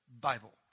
Bible